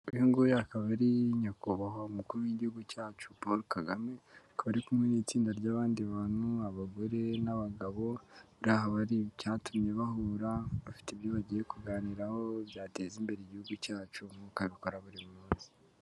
Uyu nguyu akaba ari nyakubahwa umukuru w'igihugu cyacu Paul Kagame, akaba ari kumwe n'itsinda ry'abandi bantu abagore n'abagabo, buriya haba hari icyatumye bahura, bafite ibyo bagiye kuganiraho byateza imbere igihugu cyacu nk'uko abikora buri munsi.